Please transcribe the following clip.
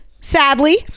Sadly